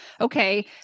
okay